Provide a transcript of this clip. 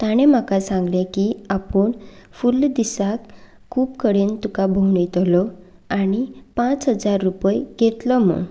ताणें म्हाका सांगलें की आपूण फुल्ल दिसाक खूब कडेन तुका भोंवडायतलो आनी पांच हजार रुपया घेतलो म्हणून